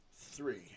Three